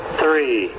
three